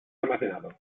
almacenado